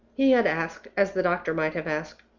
he had asked, as the doctor might have asked,